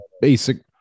basic